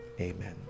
amen